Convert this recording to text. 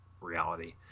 reality